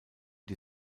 die